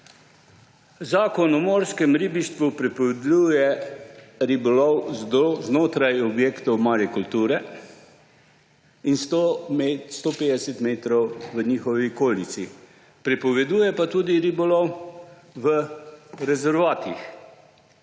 Zakon o morskem ribištvu prepoveduje ribolov znotraj objektov marikulture in 150 metrov v njihovi okolici. Prepoveduje pa tudi ribolov v ribolovnih